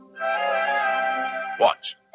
Watch